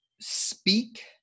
speak